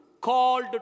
called